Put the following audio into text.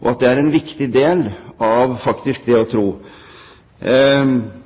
og at det faktisk er en viktig del av det å tro.